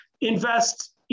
invest